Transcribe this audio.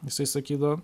jisai sakydavo